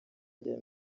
rya